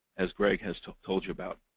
as gregg has told told you about.